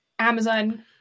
amazon